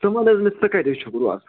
ژٕ وَن تہٕ حظ مےٚ ژٕ کَتہِ حظ چھُکھ روزان